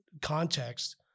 context